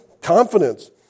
confidence